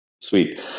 sweet